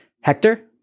Hector